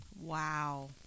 Wow